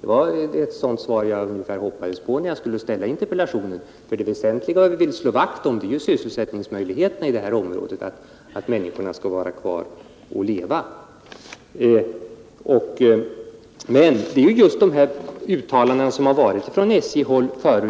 Det var ungefär ett sådant svar jag hoppades på när jag ställde interpellationen. Det väsentliga, som vi vill slå vakt om, är ju sysselsättningsmöjligheterna i området, att människorna skall kunna vara kvar och leva där. Men vad som oroar är just uttalanden från SJ-håll